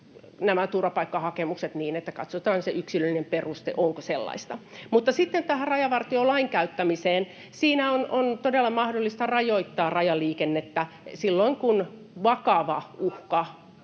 turvapaikkahakemukset niin, että katsotaan se yksilöllinen peruste, onko sellaista. Mutta sitten tähän rajavartiolain käyttämiseen. Siinä on todella mahdollista rajoittaa rajaliikennettä silloin, kun vakava uhka